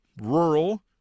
rural